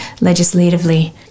legislatively